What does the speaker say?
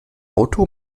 auto